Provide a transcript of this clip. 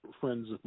friends